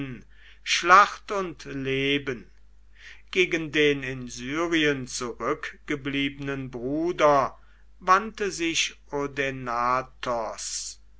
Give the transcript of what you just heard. schlacht und leben gegen den in syrien zurückgebliebenen bruder wandte sich odaenathos